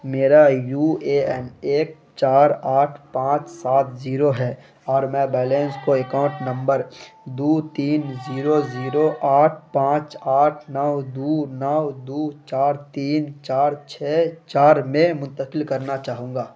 میرا U A N ایک چار آٹھ پانچ سات زیرو ہے اور میں کو اکاؤنٹ نمبر دو تین زیرو زیرو آٹھ پانچ آٹھ نو دو نو دو چار تین چار چھ چار میں منتقل کرنا چاہوں گا